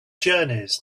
journeys